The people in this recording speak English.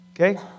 okay